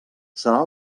serà